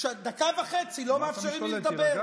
הוא הצביע בעד.